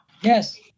Yes